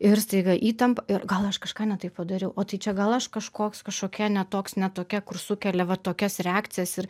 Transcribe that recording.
ir staiga įtampa ir gal aš kažką ne taip padariau o tai čia gal aš kažkoks kažkokia ne toks ne tokia kur sukelia va tokias reakcijas ir